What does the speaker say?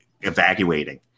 evacuating